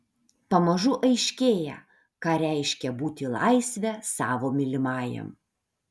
pamažu aiškėja ką reiškia būti laisve savo mylimajam